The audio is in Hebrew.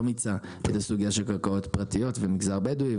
מיצה את הסוגייה של קרקעות פרטיות והמגזר הבדואי,